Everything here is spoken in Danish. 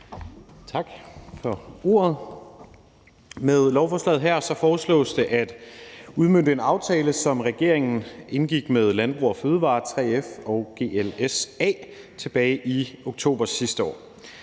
Tak for ordet. Med lovforslaget her foreslås det at udmønte en aftale, som regeringen indgik med Landbrug & Fødevarer, 3F og GLS-A tilbage i oktober sidste år.